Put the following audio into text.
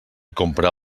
compra